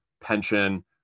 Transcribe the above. pension